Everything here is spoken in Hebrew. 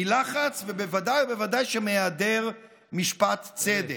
מלחץ, ובוודאי ובוודאי מהיעדר משפט צדק.